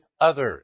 others